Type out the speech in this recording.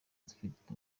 dufite